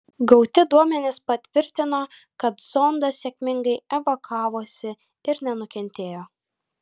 gauti duomenys patvirtino kad zondas sėkmingai evakavosi ir nenukentėjo